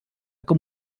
com